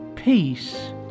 Peace